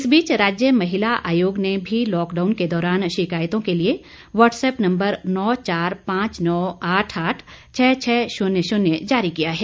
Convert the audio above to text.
इस बीच राज्य महिला आयोग ने भी लॉकडाउन के दौरान शिकायतों के लिए व्हाट्सएप्प नम्बर नौ चार पांच नौ आठ आठ छः छः शुन्य शुन्य जारी किया है